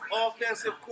offensive